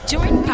Join